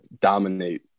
dominate